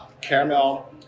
Caramel